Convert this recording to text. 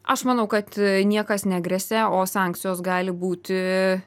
aš manau kad niekas negresia o sankcijos gali būti